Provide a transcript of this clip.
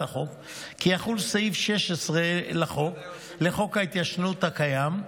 החוק כי יחול סעיף 16 לחוק ההתיישנות הקיים,